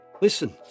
Listen